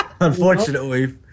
Unfortunately